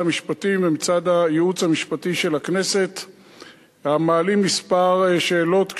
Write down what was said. המשפטים ומצד הייעוץ המשפטי של הכנסת המעלים כמה שאלות,